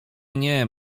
nie